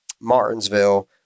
Martinsville